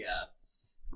yes